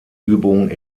übung